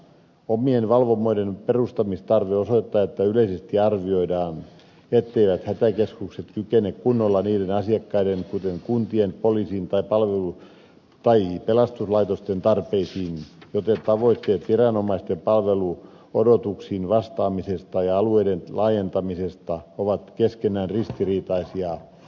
omien valvomoiden perustamistarve osoittaa että yleisesti arvioidaan etteivät hätäkeskukset kykene kunnolla vastaamaan niiden asiakkaiden kuten kuntien poliisin tai pelastuslaitosten tarpeisiin joten tavoitteet viranomaisten palveluodotuksiin vastaamisesta ja alueiden laajentamisesta ovat keskenään ristiriitaisia